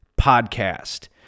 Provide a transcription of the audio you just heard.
podcast